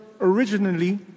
originally